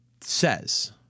says